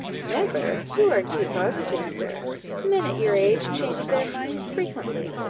never! you are too positive, sir men at your age change their minds frequently.